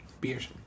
beers